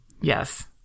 Yes